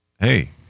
Hey